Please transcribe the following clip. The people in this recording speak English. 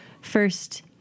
first